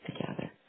together